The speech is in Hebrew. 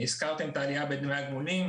הזכרתם את העלייה בדמי הגמולים,